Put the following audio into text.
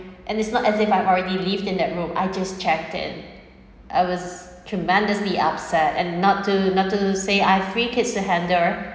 and it's not as if I've already lived in that room I just checked in I was tremendously upset and not to not to say I have three kids to handle